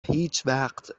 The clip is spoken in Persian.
هیچوقت